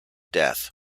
death